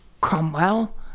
Cromwell